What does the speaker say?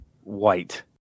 White